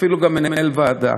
אפילו גם מנהל ועדה